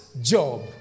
Job